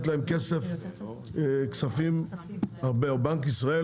או בנק ישראל?